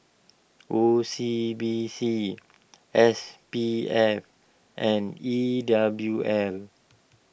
O C B C S P F and E W L